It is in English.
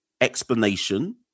explanation